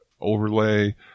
overlay